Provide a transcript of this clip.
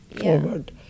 forward